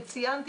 ציינתי,